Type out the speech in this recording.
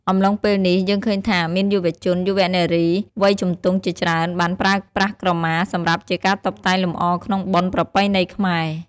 អំឡុងពេលនេះ យើងឃើញថា មានយុវជន យុវនារីវ័យជំទង់ជាច្រើនបានប្រើប្រាស់ក្រមា សម្រាប់ជាការតុបតែងលម្អក្នុងបុណ្យប្រពៃណីខ្មែរ។